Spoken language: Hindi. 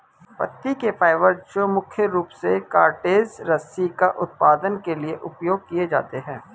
पत्ती के फाइबर जो मुख्य रूप से कॉर्डेज रस्सी का उत्पादन के लिए उपयोग किए जाते हैं